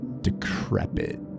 Decrepit